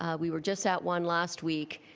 ah we were just at one last week.